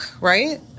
right